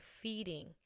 feeding